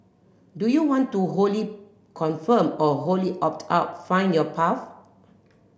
do you want to wholly conform or wholly opt out find your path